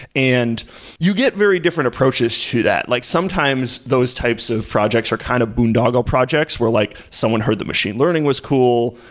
and you get very different approaches to that. like sometimes those types of projects are kind of boondoggle projects where like someone heard the machine learning was cool,